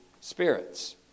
spirits